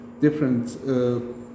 different